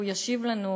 והוא ישיב לנו,